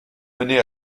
mener